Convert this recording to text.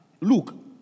Look